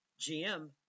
GM